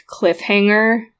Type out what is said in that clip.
cliffhanger